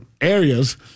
areas